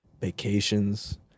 Vacations